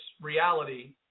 reality